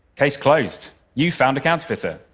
case closed. you found a counterfeiter.